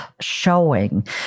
showing